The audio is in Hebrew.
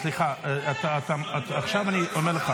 סליחה, עכשיו אני אומר לך.